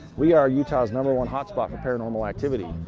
we are utah's number one hotspot for paranormal activity.